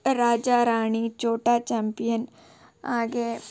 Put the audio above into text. ರಾಜ ರಾಣಿ ಛೋಟಾ ಚಾಂಪಿಯನ್ ಹಾಗೆ